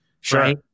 Sure